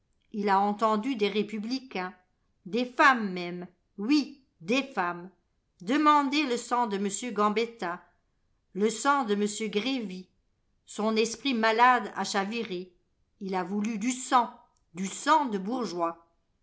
il a entendu des républicains des femmes même oui des femmes demander le sang de m gambetta le sang de m grëvy son esprit malade a chaviré il a voulu du sang du sang de bourgeois